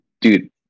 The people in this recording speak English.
Dude